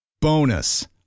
Bonus